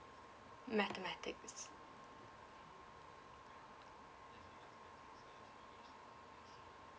mathematics